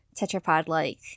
tetrapod-like